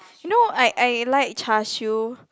no I I like Char-Siew